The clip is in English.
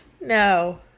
No